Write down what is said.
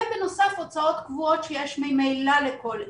ובנוסף הוצאות קבועות שיש ממילא לכל עסק,